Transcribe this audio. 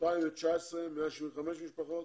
בשנת 2019 175 משפחות,